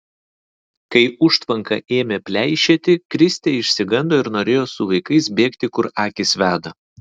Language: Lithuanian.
kai užtvanka ėmė pleišėti kristė išsigando ir norėjo su vaikais bėgti kur akys veda